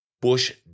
Bush